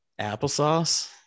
Applesauce